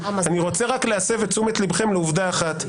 אני רוצה רק להסב את תשומת לבכם לעובדה אחת: